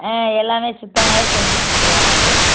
ஆ எல்லாமே சுத்தமாகவே செஞ்சுக் கொடுத்துருவோம் நாங்களே